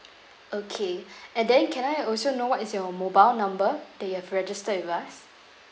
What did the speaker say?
okay and then can I also know what is your mobile number that you have registered with us